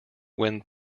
when